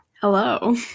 Hello